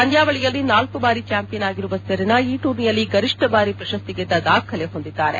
ಪಂದ್ಯಾವಳಿಯಲ್ಲಿ ನಾಲ್ಕ ಬಾರಿ ಚಾಂಪಿಯನ್ ಆಗಿರುವ ಸೆರೆನಾ ಈ ಟೂರ್ನಿಯಲ್ಲಿ ಗರಿಷ್ಠ ಬಾರಿ ಪ್ರಶಸ್ತಿ ಗೆದ್ದ ದಾಖಲೆ ಹೊಂದಿದ್ದಾರೆ